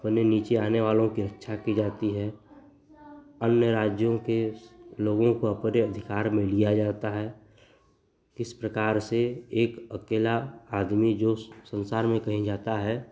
अपने नीचे आने वालों की रक्षा की जाती है अन्य राज्यों के लोगों को अपने अधिकार में लिया जाता है किस प्रकार से एक अकेला आदमी जो संसार में कहीं जाता है